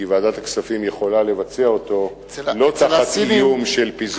כי ועדת הכספים יכולה לבצע אותו לא תחת איום של פיזור הכנסת.